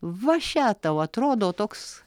va še tau atrodo toks